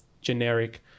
generic